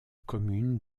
commune